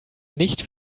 nicht